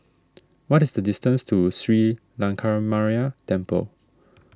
what is the distance to Sri Lankaramaya Temple